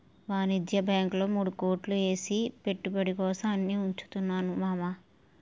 వాణిజ్య బాంకుల్లో మూడు కోట్లు ఏసి పెట్టుబడి కోసం అని ఉంచుతున్నాను మావా